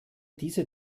diese